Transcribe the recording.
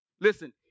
Listen